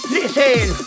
Listen